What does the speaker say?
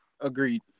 agreed